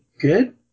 good